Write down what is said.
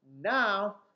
now